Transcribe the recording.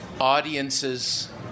audiences